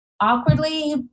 awkwardly